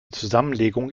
zusammenlegung